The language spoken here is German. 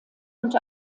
und